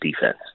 defense